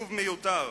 עיכוב מיותר,